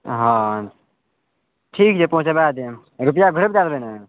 हँ ठीक छै पहुँचबा देब आ रुपैआ घर दए देबै ने